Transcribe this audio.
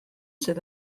sydd